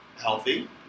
healthy